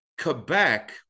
Quebec